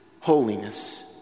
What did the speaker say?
holiness